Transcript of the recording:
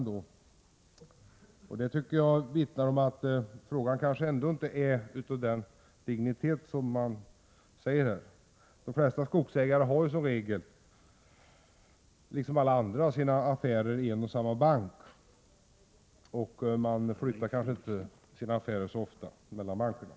Det vittnar om att frågan kanske ändå inte är av den dignitet som sägs här. De flesta skogsägare har som regel, liksom alla andra, sina affärer i en och samma bank och flyttar inte så ofta mellan bankerna.